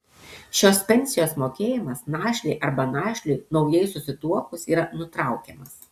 šios pensijos mokėjimas našlei arba našliui naujai susituokus yra nutraukiamas